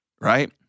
Right